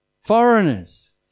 foreigners